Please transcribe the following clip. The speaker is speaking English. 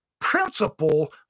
principle